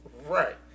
Right